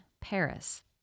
Paris